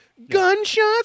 Gunshots